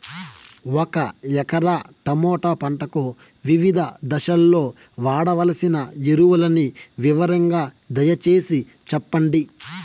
ఒక ఎకరా టమోటా పంటకు వివిధ దశల్లో వాడవలసిన ఎరువులని వివరంగా దయ సేసి చెప్పండి?